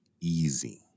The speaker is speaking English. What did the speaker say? easy